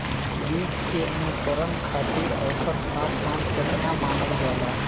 बीज के अंकुरण खातिर औसत तापमान केतना मानल जाला?